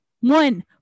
One